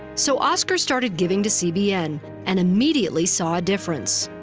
so oscar started giving to cbn and immediately saw a difference.